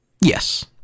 Yes